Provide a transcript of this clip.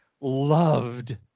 loved